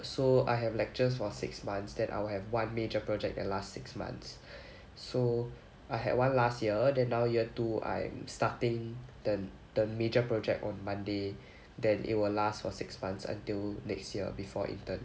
so I have lectures for six months that I'll have one major project that last six months so I had one last year than now year two I am starting the the major project on monday then it will last for six months until next year before intern